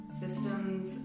systems